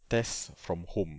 test from home